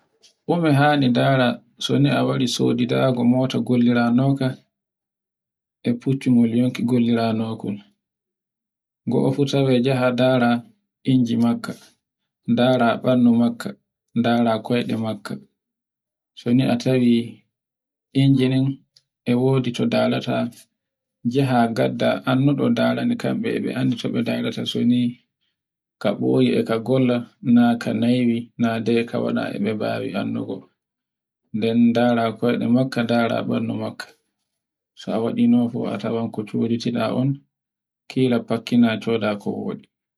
ko mi haani ndara so ni a wari sodudago mota gollira noka e fuccu yonki gollira nokol. Goo fu tawe e njaha dara inji makka, ndara bandu makka, ndara koyɗe makka. So ni a tawi innji ɗun e wodi so ndaraata, njaha ngadda annuɗo ndara kembe a anndi so be ndarata so ni ka boyi, e ka golla naka naywi, nadeka wala e be mbawi anndungo. nden ndara koyde makka nden dara makka, kila fakkina shoda ko woɗi.